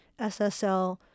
SSL